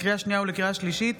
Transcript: לקריאה שנייה ולקריאה שלישית: